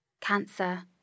Cancer